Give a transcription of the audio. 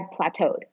plateaued